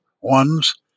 ones